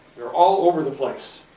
they're all over the place.